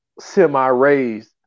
semi-raised